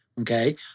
okay